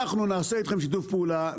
אנחנו נעשה איתכם שיתוף פעולה,